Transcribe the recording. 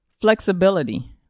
Flexibility